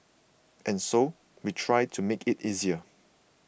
and so we try to make it easier